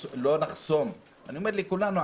אני אומר לכולנו,